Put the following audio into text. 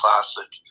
classic